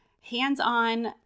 hands-on